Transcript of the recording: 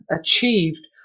achieved